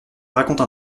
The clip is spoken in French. raconte